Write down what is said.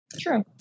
True